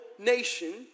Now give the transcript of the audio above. nation